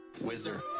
Wizard